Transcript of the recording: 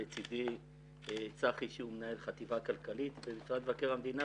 לצדי יושב צחי סעד שהוא מנהל החטיבה הכלכלית במשרד מבקר המדינה,